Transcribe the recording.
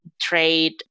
trade